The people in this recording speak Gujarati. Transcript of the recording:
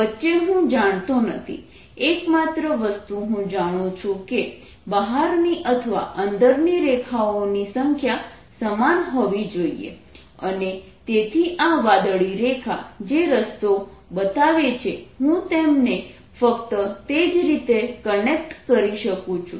વચ્ચે હું જાણતો નથી એકમાત્ર વસ્તુ હું જાણું છું કે બહારની અથવા અંદરની રેખાઓની સંખ્યા સમાન હોવી જોઈએ અને તેથી આ વાદળી રેખા જે રસ્તો બતાવે છે હું તેમને ફક્ત તે જ રીતે કનેક્ટ કરી શકું છું